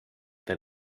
that